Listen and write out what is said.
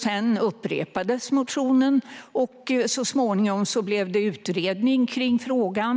Sedan upprepades motionen, och så småningom blev det utredning av frågan.